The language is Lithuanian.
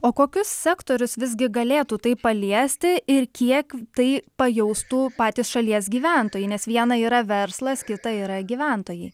o kokius sektorius visgi galėtų tai paliesti ir kiek tai pajaustų patys šalies gyventojai nes viena yra verslas kita yra gyventojai